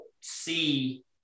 see